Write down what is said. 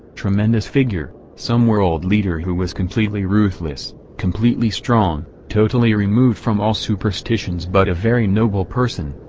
tremendous figure, some world leader who was completely ruthless, completely strong, totally removed from all superstitions but a very noble person,